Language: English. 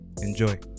Enjoy